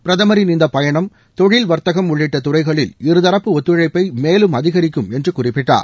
பிரதமரின் இந்த பயணம் தொழில் வர்த்தகம் உள்ளிட்ட துறைகளில் இருதரப்பு ஒத்துழைப்பை மேலும் அதிகரிக்கும் என்று குறிப்பிட்டார்